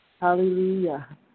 Hallelujah